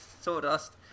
Sawdust